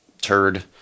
turd